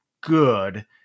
good